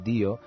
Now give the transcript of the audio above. Dio